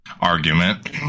Argument